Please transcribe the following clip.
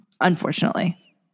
unfortunately